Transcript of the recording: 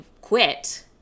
quit